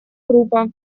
группа